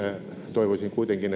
toivoisin kuitenkin